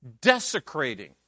desecrating